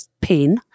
pain